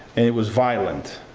and it was violent.